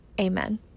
Amen